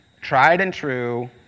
tried-and-true